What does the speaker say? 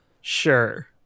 Sure